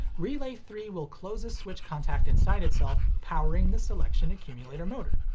relay three will close a switch contact inside itself, powering the selection accumulator motor.